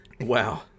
Wow